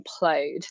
implode